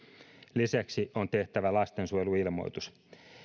lisäksi on tehtävä lastensuojeluilmoitus